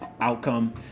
outcome